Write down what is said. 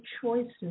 choices